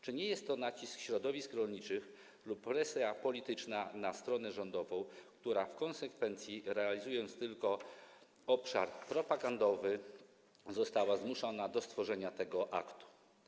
Czy nie jest to nacisk środowisk rolniczych lub presja polityczna na stronę rządową, która w konsekwencji - realizując tylko obszar propagandowy - została zmuszona do stworzenia tego aktu?